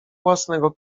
własnego